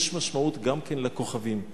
יש משמעות גם לכוכבים.